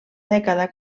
dècada